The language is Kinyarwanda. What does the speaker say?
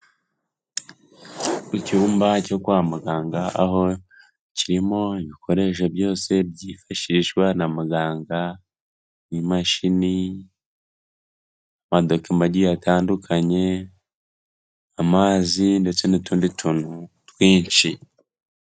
Icyumba cyo kwa muganga aho kirimo ibikoresho byose byifashishwa na muganga, imashini, amadokima agiye atandukanye, amazi ndetse n'utundi tuntu twinshi.